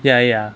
ya ya